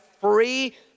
free